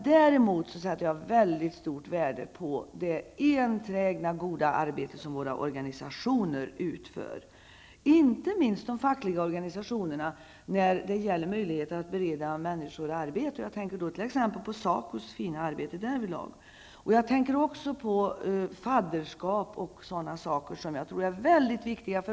Däremot sätter jag väldigt stort värde på det enträgna goda arbete som våra organisationer utför, inte minst de fackliga organisationerna när det gäller möjligheten att bereda människor arbete. Jag tänker t.ex. på SACOs fina arbete därvidlag. Jag tänker också på fadderskap och sådana saker, som jag tror är väldigt viktiga.